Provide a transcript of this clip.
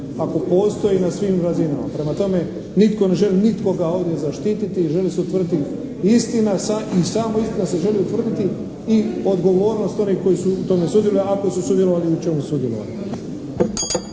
ako postoji na svim razinama. Prema tome, nitko ne želi nikoga ovdje zaštititi i želi se utvrditi istina i samo istina se želi utvrditi i odgovornost onih koji su u tome sudjelovali, ako su sudjelovali i u čemu su sudjelovali.